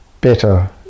better